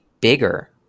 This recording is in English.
bigger